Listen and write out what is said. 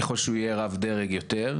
ככל שהוא יהיה רב-דרג יותר,